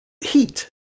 heat